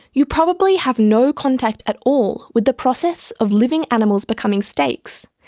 you probably have no contact at all with the process of living animals becoming steaks,